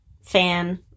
fan